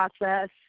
process